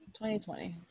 2020